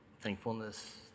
thankfulness